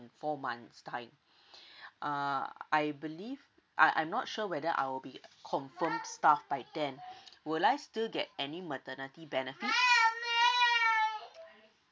four months' time uh I believe I I'm not sure whether I'll be confirmed staff by then will I still get any maternity benefits